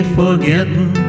forgetting